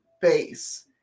base